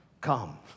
come